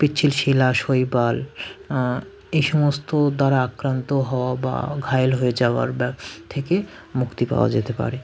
পিচ্ছিল শিলা শৈবাল এই সমস্ত দ্বারা আক্রান্ত হওয়া বা ঘায়েল হয়ে যাওয়ার ব্যা থেকে মুক্তি পাওয়া যেতে পারে